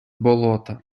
болота